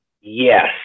Yes